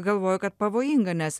galvoju kad pavojinga nes